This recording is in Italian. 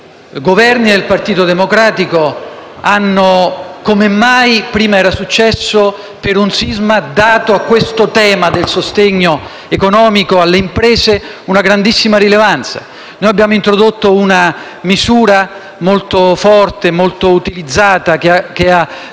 Governi del Partito Democratico, come mai prima era avvenuto per un sisma, hanno riservato al tema del sostegno economico alle imprese una grandissima rilevanza. Abbiamo introdotto una misura molto forte, molto utilizzata, che ha